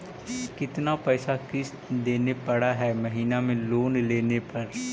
कितना पैसा किस्त देने पड़ है महीना में लोन लेने पर?